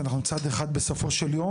שאנחנו צד אחד בסופו של יום,